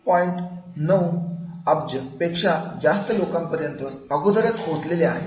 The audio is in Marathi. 9 अब्ज पेक्षा जास्त लोकांपर्यंत अगोदरच पोहोचलेले आहे